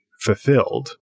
Fulfilled